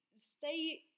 stay